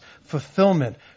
Fulfillment